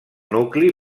nucli